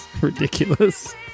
Ridiculous